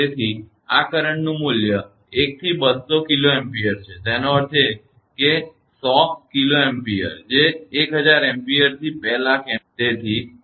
તેથી અને આ કરંટનું મૂલ્ય 1 થી 200 kilo Ampere છે તેનો અર્થ છે 100 kilo Ampere જે 1000 Ampere થી 2 lakhs Ampere છે